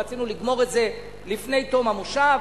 רצינו לגמור את זה לפני תום המושב.